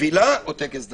תפילה או טקס דתי.